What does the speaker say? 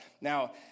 Now